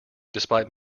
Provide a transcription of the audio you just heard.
despite